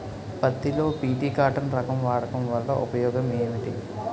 పత్తి లో BT cotton రకం వాడకం వల్ల ఉపయోగం ఏమిటి?